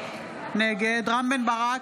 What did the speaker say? נגד רם בן ברק,